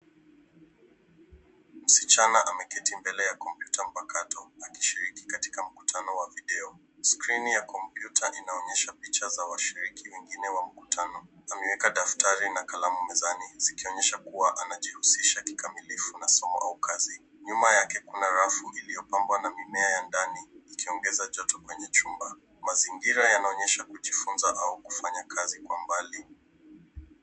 Msichana ameketi mbele ya kompyuta mpakato, akishiriki katika mkutano wa video. Screen ya kompyuta inaonyesha picha za washiriki wengine wa mkutano. Ameweka daftari na kalamu mezani zikionyesha kuwa anajihusisha kikamilifu na somo au kazi. Nyuma yake kuna rafu iliyopambwa na mimea ya ndani ikiongeza joto kwenye chumba. Mazingira yanaonyesha kujifunza au kufanya kazi kwa mbali.